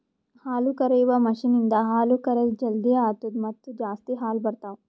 ಹಾಲುಕರೆಯುವ ಮಷೀನ್ ಇಂದ ಹಾಲು ಕರೆದ್ ಜಲ್ದಿ ಆತ್ತುದ ಮತ್ತ ಜಾಸ್ತಿ ಹಾಲು ಬರ್ತಾವ